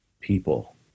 people